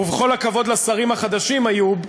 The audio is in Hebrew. ובכל הכבוד לשרים החדשים, איוב,